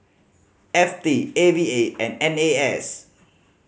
F T A V A and N A S